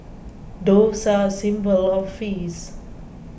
doves are a symbol of face